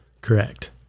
Correct